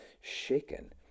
shaken